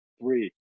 three